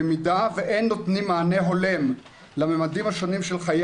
במידה שאין נותנים מענה הולם לממדים השונים של חיי